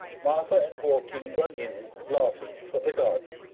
martha and borkin run in laughing from the garden.